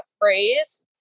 phrase